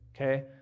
okay